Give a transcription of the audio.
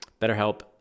BetterHelp